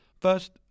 First